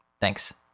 Thanks